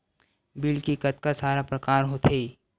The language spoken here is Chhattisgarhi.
बिल के कतका सारा प्रकार होथे?